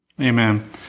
Amen